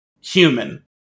human